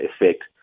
effect